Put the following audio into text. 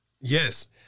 Yes